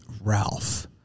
Ralph